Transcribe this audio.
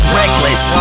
reckless